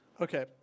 Okay